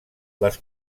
les